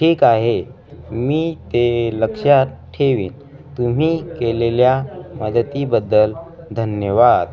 ठीक आहे मी ते लक्षात ठेवीन तुम्ही केलेल्या मदतीबद्दल धन्यवाद